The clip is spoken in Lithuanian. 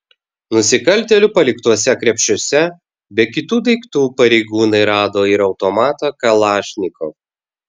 nusikaltėlių paliktuose krepšiuose be kitų daiktų pareigūnai rado ir automatą kalašnikov